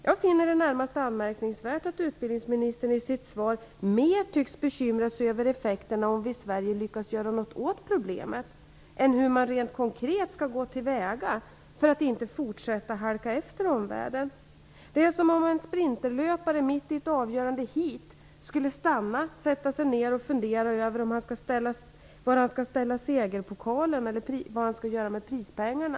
Jag finner det närmast anmärkningsvärt att utbildningsministern i sitt svar mer tycks bekymra sig över effekterna om vi i Sverige lyckats göra något åt problemet, än hur man rent konkret skall gå till väga för att inte fortsätta halka efter omvärlden. Det är som om en sprinterlöpare mitt i ett avgörande heat skulle stanna, sätta sig ner och fundera över var han skall ställa segerpokalen eller vad han skall göra med prispengarna.